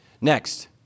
Next